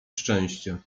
szczęście